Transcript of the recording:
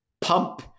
pump